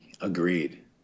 Agreed